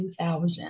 2000